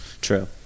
True